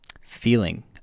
Feeling